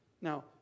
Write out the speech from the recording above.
Now